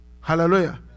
hallelujah